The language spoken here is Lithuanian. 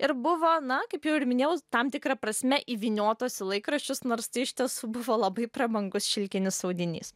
ir buvo na kaip jau ir minėjau tam tikra prasme įvyniotos į laikraščius nors tai iš tiesų buvo labai prabangus šilkinis audinys